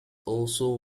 also